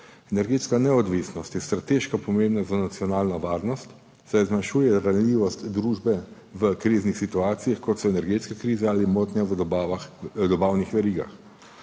Energetska neodvisnost je strateško pomembna za nacionalno varnost, saj zmanjšuje ranljivost družbe v kriznih situacijah, kot so energetske krize ali motnje v dobavnih verigah.